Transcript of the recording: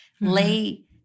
lay